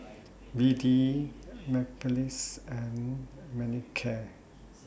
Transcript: B D Mepilex and Manicare